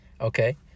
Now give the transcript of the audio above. okay